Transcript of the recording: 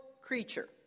creature